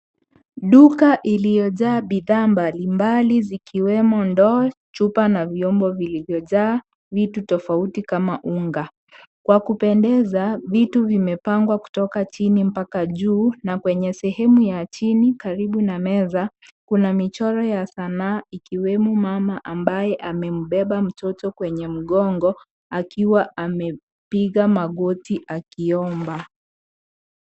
Duka iliyojaa bidhaa mbalimbali zikiwemo ndoo, chupa na vyombo vilivyojaa vitu tofauti kama unga. Kwa kupendeza vitu vimepangwa kutoka chini mpaka juu na kwenye sehemu ya chini karibu na meza Kuna michoro ya zanaa ikiwemo mama ambaye amembeba mtoto kwenye mgongo akiwa amepiga magoti akiomba.